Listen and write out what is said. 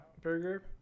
Burger